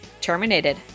terminated